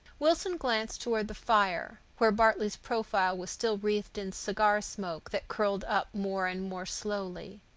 wilson glanced toward the fire, where bartley's profile was still wreathed in cigar smoke that curled up more and more slowly.